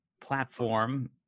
platform